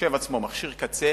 והמחשב עצמו, מכשיר קצה,